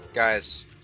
Guys